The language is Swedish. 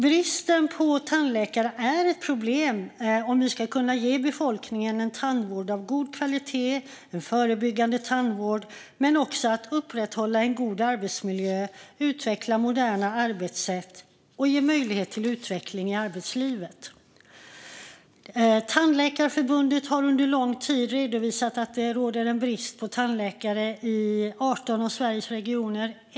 Bristen på tandläkare är ett problem för att kunna ge befolkningen en tandvård av god kvalitet och förebyggande tandvård men också för att upprätthålla en god arbetsmiljö, utveckla moderna arbetssätt och ge möjlighet till utveckling i arbetslivet. Tandläkarförbundet har under lång tid redovisat att det råder brist på tandläkare i 18 av Sveriges regioner.